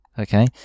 Okay